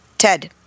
Ted